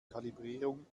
kalibrierung